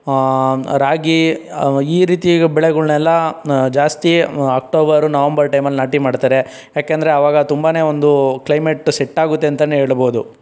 ರಾಗಿ ಈ ರೀತಿ ಬೆಳೆಗಳನೆಲ್ಲ ಜಾಸ್ತಿ ಅಕ್ಟೋಬರ್ ನವೆಂಬರ್ ಟೈಮಲ್ಲಿ ನಾಟಿ ಮಾಡ್ತಾರೆ ಏಕೆಂದ್ರೆ ಆವಾಗ ತುಂಬನೇ ಒಂದು ಕ್ಲೈಮೇಟ್ ಸೆಟ್ ಆಗುತ್ತೆ ಅಂತಲೇ ಹೇಳ್ಬಹುದು